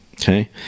okay